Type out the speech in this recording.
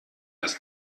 das